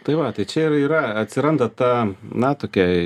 tai va tai čia ir yra atsiranda ta na tokia